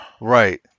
right